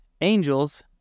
Angels